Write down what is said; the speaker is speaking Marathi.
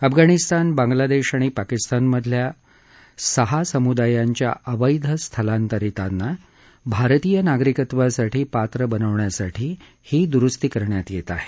अफगाणिस्तान बांग्लादेश आणि पाकिस्तानमधल्या सहा समुदायांच्या अवैध स्थलांतरितांना भारतीय नागरिकत्वासाठी पात्र बनवण्यासाठी ही दुरुस्ती करण्यात येत आहेत